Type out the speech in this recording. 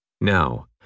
Now